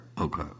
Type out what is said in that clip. Okay